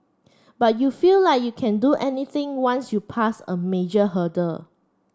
but you feel like you can do anything once you passed a major hurdle